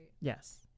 Yes